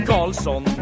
Carlson